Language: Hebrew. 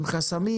עם חסמים,